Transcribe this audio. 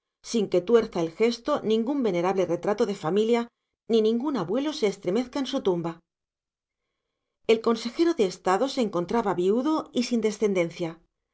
sin que tuerza el gesto ningún venerable retrato de familia ni ningún abuelo se estremezca en su tumba el consejero de estado se encontraba viudo y sin descendencia